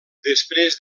després